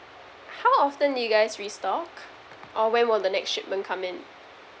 how often do you guys restock or when will the next shipment come in